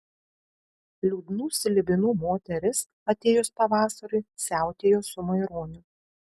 liūdnų slibinų moteris atėjus pavasariui siautėja su maironiu